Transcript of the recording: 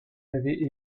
avez